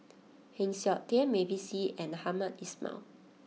Heng Siok Tian Mavis Hee and Hamed Ismail